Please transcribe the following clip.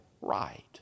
right